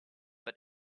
but